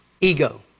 ego